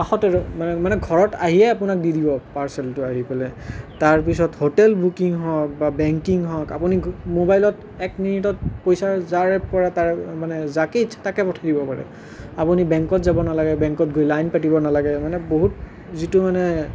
মানে ঘৰত আহিয়ে আপোনাক দি দিব পাৰ্ছেলটো আনি পেলাই তাৰ পিছত হোটেল বুকিং হওক বা বেংকিং হওক আপুনি মোবাইলত এক মিনিটত পইচা যাৰ পৰা তাৰ মানে যাকেই ইচ্ছা তাকে পঠাই দিব পাৰে আপুনি বেংকত যাব নালাগে বেংকত গৈ লাইন পাতিব নালাগে মানে বহুত যিটো মানে